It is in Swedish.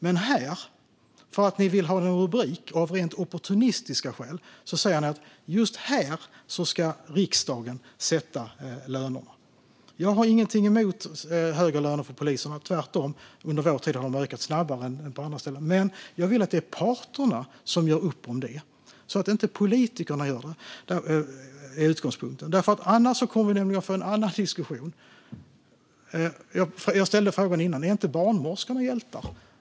Men ni säger, av rent opportunistiska skäl, att just här ska riksdagen sätta löner. Jag har ingenting emot högre löner för poliser - tvärtom. Under vår tid har polisernas löner ökat snabbare än på andra ställen. Men jag vill att parterna ska göra upp om lönerna och inte politikerna. Annars kommer vi nämligen att få en annan diskussion. Jag ställde tidigare frågan: Är inte barnmorskorna hjältar?